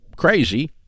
crazy